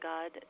God